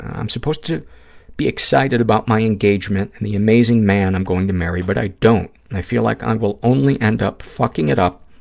i'm supposed to be excited about my engagement and the amazing man i'm going to marry, but i don't. i feel like i will only end up fucking it up,